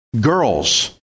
Girls